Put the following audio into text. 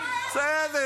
עשיתי,